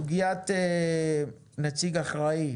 סוגיית נציג האחראי